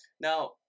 now